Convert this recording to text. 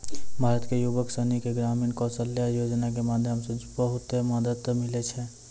भारत के युवक सनी के ग्रामीण कौशल्या योजना के माध्यम से बहुत मदद मिलै छै